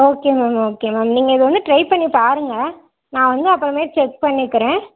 okay ma'am okay ma'am நீங்கள் இதை வந்து ட்ரை பண்ணி பாருங்க நான் வந்து அப்புறமேட்டு செக் பண்ணிக்கிறேன்